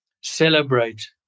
celebrate